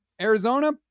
Arizona